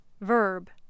Verb